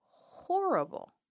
horrible